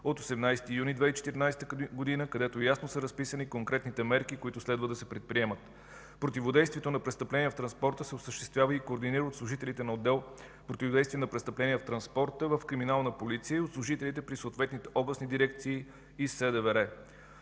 от 18 юли 2014 г., където ясно са разписани конкретните мерки, които следва да се предприемат. Противодействието на престъпления в транспорта се осъществява и координира от служителите на отдел „Противодействие на престъпления в транспорта” в Криминална полиция, от служителите при съответните областни дирекции и СДВР.